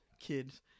kids